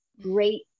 great